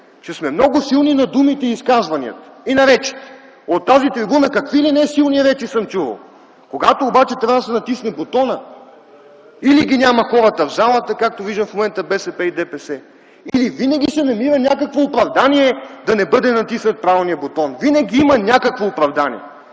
че сме много силни на думите, на изказванията и на речите. От тази трибуна какви ли не силни речи съм чувал. Когато обаче трябва да се натисне бутонът, или хората ги няма в залата – както виждате в момента БСП и ДПС, или винаги се намира някакво оправдание, за да не бъде натиснат правилният бутон. Винаги има някакво оправдание.